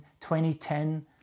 2010